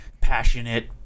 passionate